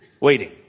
Waiting